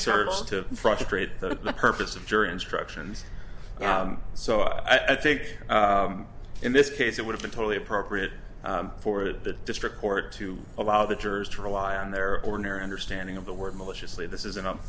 serves to frustrate the purpose of jury instructions so i think in this case it would have been totally appropriate for the district court to allow the jurors to rely on their ordinary understanding of the word maliciously this is